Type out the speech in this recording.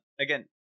again